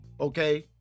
Okay